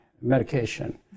medication